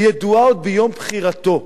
ידוע עוד ביום בחירתו.